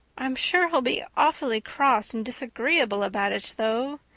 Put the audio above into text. i'm sure he'll be awfully cross and disagreeable about it, though,